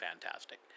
fantastic